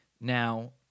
Now